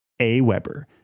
AWeber